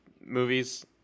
movies